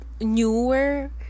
newer